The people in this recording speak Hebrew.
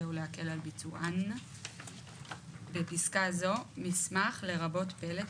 או להקל על ביצוען; בפסקה זו "מסמך" לרבות פלט,